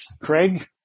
Craig